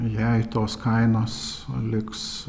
jei tos kainos liks